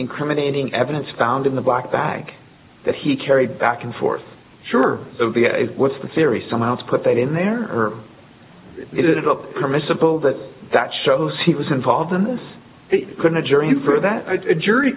incriminating evidence found in the black bag that he carried back and forth sure what's the theory somehow to put that in there or is it a permissible that that shows he was involved in this it couldn't a jury for that a jury